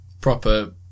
proper